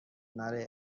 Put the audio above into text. نره